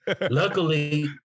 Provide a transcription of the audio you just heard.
Luckily